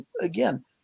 again